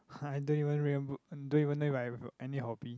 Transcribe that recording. I don't even remem~ don't even know if I've any hobby